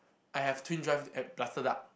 I have twin drive and plus the